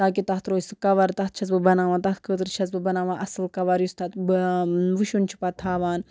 تاکہِ تَتھ روزِ سُہ کَوَر تَتھ چھَس بہٕ بَناوان تَتھ خٲطرٕ چھَس بہٕ بَناوان اَصٕل کَور یُس تَتھ وٕچھُن چھُ پَتہٕ تھاوان